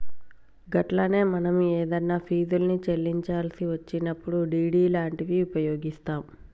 గట్లనే మనం ఏదన్నా ఫీజుల్ని చెల్లించాల్సి వచ్చినప్పుడు డి.డి లాంటివి ఉపయోగిస్తాం